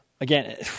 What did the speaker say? again